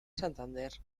santander